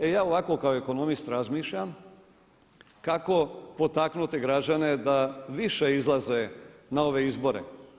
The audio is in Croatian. E ja ovako kao ekonomist razmišljam kako potaknuti građane da više izlaze na ove izbore?